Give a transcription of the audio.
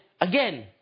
again